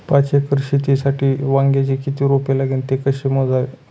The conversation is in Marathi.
पाच एकर शेतीसाठी वांग्याचे किती रोप लागेल? ते कसे मोजावे?